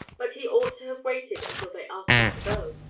but he ought to have waited until they asked him to go.